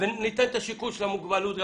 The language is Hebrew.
וניתן גם את השיקול של המוגבלות?